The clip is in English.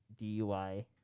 DUI